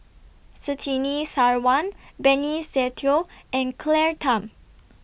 Surtini Sarwan Benny Se Teo and Claire Tham